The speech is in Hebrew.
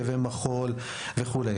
הרכבי מחול וכדומה.